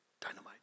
dynamite